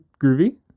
groovy